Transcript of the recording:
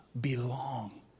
belong